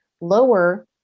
lower